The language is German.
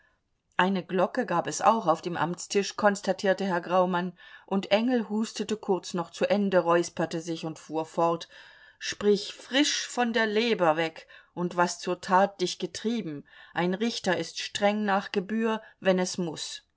eine glocke gab es auch auf dem amtstisch konstatierte herr graumann und engel hustete kurz noch zu ende räusperte sich und fuhr fort sprich frisch von der leber weg und was zur tat dich getrieben ein richter ist streng nach gebühr wenn es muß